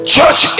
Church